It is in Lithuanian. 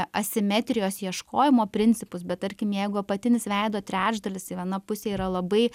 asimetrijos ieškojimo principus bet tarkim jeigu apatinis veido trečdalis viena pusė yra labai